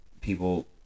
people